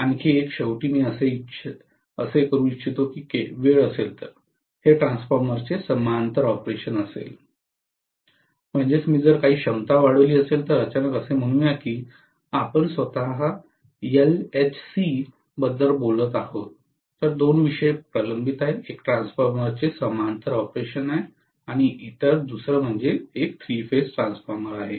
आणखी एक शेवटी मी असे करू इच्छितो की वेळ असेल तर हे ट्रान्सफॉर्मरचे समांतर ऑपरेशन असेल म्हणजेच मी जर काही क्षमता वाढवली असेल तर अचानक असे म्हणूया की आपण स्वत एलएचसी बद्दल बोलत आहोत तर दोन विषय प्रलंबित आहेत एक ट्रान्सफॉर्मरचे समांतर ऑपरेशन आहे इतर एक थ्री फेज ट्रान्सफॉर्मर आहे